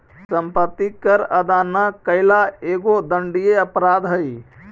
सम्पत्ति कर अदा न कैला एगो दण्डनीय अपराध हई